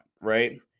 Right